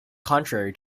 contrary